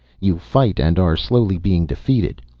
you fight and are slowly being defeated.